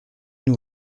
nous